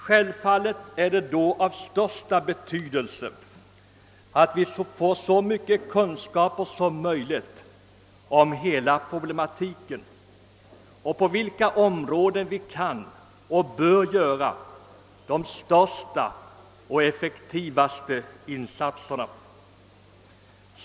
Självfallet är det då av största betydelse att vi får så mycket kunskaper som möjligt om hela problematiken och om på vilka områden vi kan göra de största och effektivaste insatserna.